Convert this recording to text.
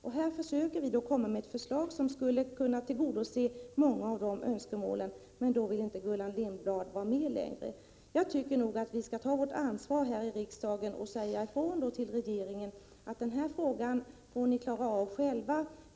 Nu väcker vi ett förslag som skulle kunna tillgodose många av dessa önskemål, men då vill Gullan Lindblad inte vara med längre. Jag tycker att vi skall ta vårt ansvar här i riksdagen och säga ifrån till regeringen att den får klara av denna fråga själv.